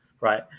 right